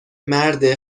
مرد